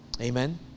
Amen